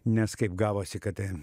nes kaip gavosi kad